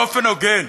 באופן הוגן,